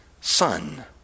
son